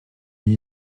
uni